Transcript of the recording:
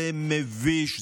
זה מביש.